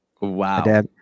Wow